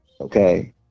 Okay